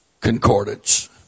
Concordance